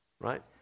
Right